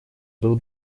был